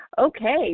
Okay